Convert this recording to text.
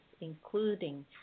including